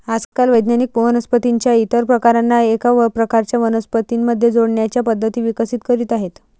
आजकाल वैज्ञानिक वनस्पतीं च्या इतर प्रकारांना एका प्रकारच्या वनस्पतीं मध्ये जोडण्याच्या पद्धती विकसित करीत आहेत